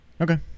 Okay